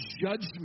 judgment